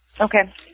Okay